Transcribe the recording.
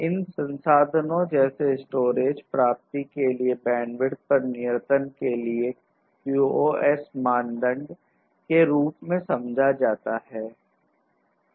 इन संसाधनों जैसे स्टोरेज प्राप्ति के लिए बैंडविड्थ पर नियंत्रण के लिए QoS मानदंड के रूप में समझा जाता है